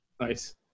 nice